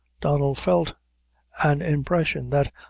donnel felt and impression that,